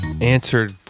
answered